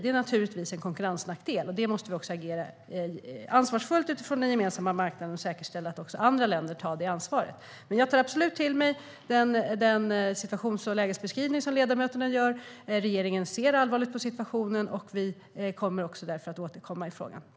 Det är naturligtvis en konkurrensnackdel, och vi måste givetvis agera ansvarsfullt utifrån den gemensamma marknaden och säkerställa att också andra länder tar det ansvaret. Jag tar absolut till mig den situations och lägesbeskrivning ledamöterna gör. Regeringen ser allvarligt på situationen, och vi kommer att återkomma i frågan.